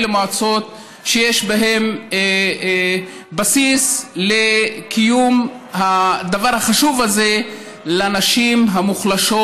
אלה מועצות שיש בהן בסיס לקיום הדבר החשוב הזה לנשים המוחלשות,